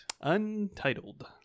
Untitled